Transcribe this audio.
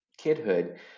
kidhood